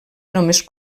només